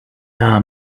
are